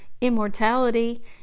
immortality